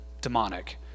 demonic